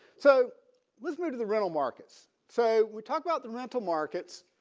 so let's move to the rental markets. so we talked about the rental markets